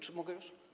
Czy mogę już?